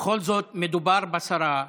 בכל זאת מדובר בשרה.